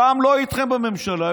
רע"מ לא איתכם בממשלה.